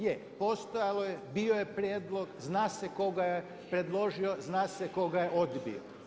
Je, postojalo je, bio je prijedlog, zna se tko ga je predložio, zna se tko ga je odbio.